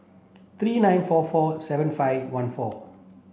three nine four four seven five one four